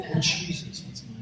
Jesus